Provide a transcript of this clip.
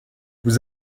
vous